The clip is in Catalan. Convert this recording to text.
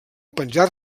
penjar